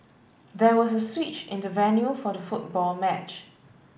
there was a switch in the venue for the football match